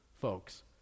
folks